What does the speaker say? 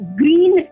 green